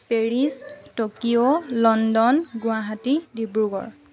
Paris Tokyo London Guwahati Dibrugarh